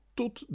tot